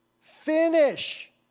Finish